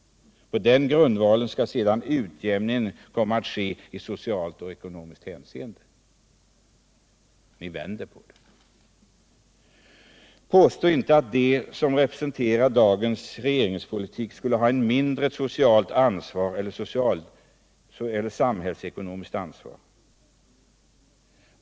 På den grundvalen skall sedan utjämningen komma att ske i socialt och ekonomiskt hänseende. Ni vänder på det. Påstå inte att de som representerar dagens regeringspolitik skulle ha mindre socialt eller samhällsekonomiskt ansvar.